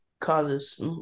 causes